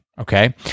Okay